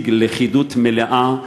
נשיג לכידות מלאה,